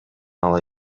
ала